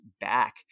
back